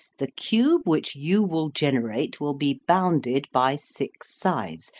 the cube which you will generate will be bounded by six sides,